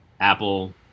Apple